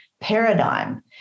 paradigm